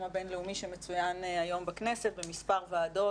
הבין-לאומי שמצוין היום בכנסת במספר ועדות